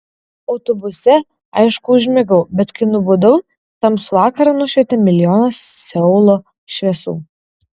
autobuse aišku užmigau bet kai nubudau tamsų vakarą nušvietė milijonas seulo šviesų